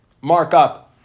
markup